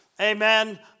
Amen